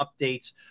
updates